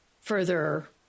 further